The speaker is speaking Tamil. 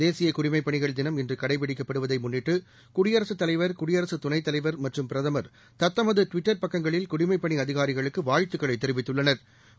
தேசிய குடிமைப்பணிகள் தினம் இன்று கடைபிடிக்கப்படுவதை முன்னிட்டு குடியரசுத்தலைவர் குடியரசுத் துணைத்தலைவர் மற்றும் பிரதமர் தத்தமது டுவிட்டர் பக்கங்களில் குடிமைப் பணி அதிகாரிகளுக்கு வாழ்த்துகளை தெரிவித்துள்ளனா்